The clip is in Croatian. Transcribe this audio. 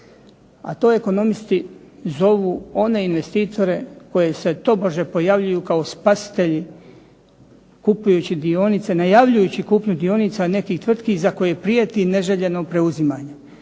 A to ekonomisti zovu one investitore koji se tobože pojavljuju kao spasitelji kupujući dionice, najavljujući kupnju dionica nekih tvrtki za koje prijeti neželjeno preuzimanje.